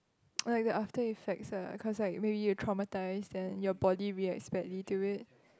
like the after effects ah cause like maybe you're traumatise then your body reacts badly to it